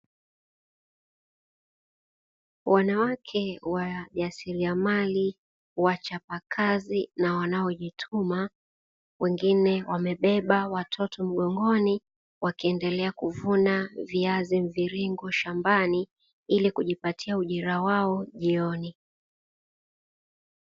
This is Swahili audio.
Wanawake wajasiriamali, wachapakazi na wanaojituma, wengine wamebeba watoto mgongoni wakiendelea kuvuna viazi mviringo shambani, ili kujipatia ujira wao jioni.